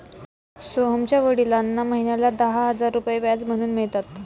सोहनच्या वडिलांना महिन्याला दहा हजार रुपये व्याज म्हणून मिळतात